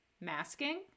masking